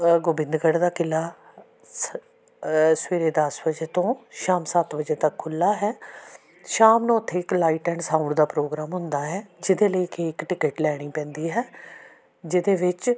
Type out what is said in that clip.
ਗੋਬਿੰਦਗੜ੍ਹ ਦਾ ਕਿਲ੍ਹਾ ਸ ਸਵੇਰੇ ਦਸ ਵਜੇ ਤੋਂ ਸ਼ਾਮ ਸੱਤ ਵਜੇ ਤੱਕ ਖੁੱਲ੍ਹਾ ਹੈ ਸ਼ਾਮ ਨੂੰ ਉੱਥੇ ਇੱਕ ਲਾਈਟ ਐਂਡ ਸਾਊਂਡ ਦਾ ਪ੍ਰੋਗਰਾਮ ਹੁੰਦਾ ਹੈ ਜਿਹਦੇ ਲਈ ਕਿ ਇੱਕ ਟਿਕਟ ਲੈਣੀ ਪੈਂਦੀ ਹੈ ਜਿਹਦੇ ਵਿੱਚ